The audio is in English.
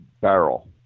barrel